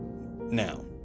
Now